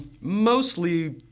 Mostly